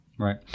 Right